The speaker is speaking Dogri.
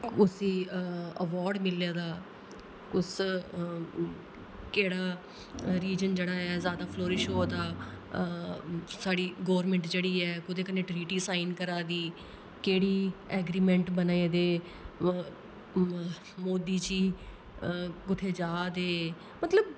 कुस्सी अवार्ड मिलै दा कुस केह्ड़ा रीजन जेह्ड़ा ऐ जैदा फ्लोरिश होआ दा साढ़ी गौरमेंट जेह्ड़ी ऐ कोह्दे कन्नै ट्रीटी साईन करा दी केह्ड़ी एग्रीमेंट बने दे मोदी जी कुत्थै जा दे मतलब